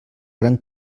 gran